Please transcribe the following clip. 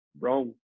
wrong